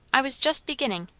i was just beginning.